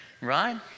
right